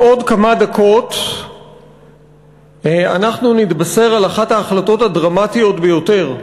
בעוד כמה דקות אנחנו נתבשר על אחת ההחלטות הדרמטיות ביותר,